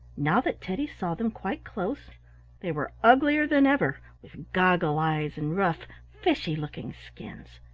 now that teddy saw them quite close they were uglier than ever, with goggle eyes, and rough, fishy-looking skins.